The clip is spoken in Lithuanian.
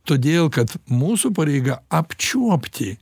todėl kad mūsų pareiga apčiuopti